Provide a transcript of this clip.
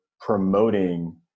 promoting